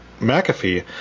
McAfee